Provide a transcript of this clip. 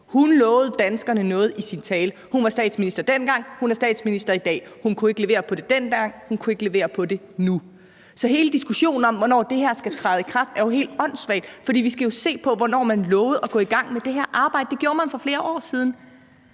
2022 lovede danskerne noget i sin tale. Hun var statsminister dengang, hun er statsminister i dag. Hun kunne ikke levere på det dengang, hun kan ikke levere på det nu. Så hele diskussionen om, hvornår det her skal træde i kraft, er helt åndssvag, for vi skal jo se på, hvornår man lovede at gå i gang med det her arbejde. Det gjorde man for flere år siden.